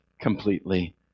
completely